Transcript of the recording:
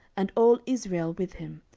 and all israel with him,